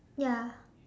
ya